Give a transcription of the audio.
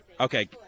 Okay